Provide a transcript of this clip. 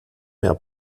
mehr